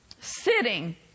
sitting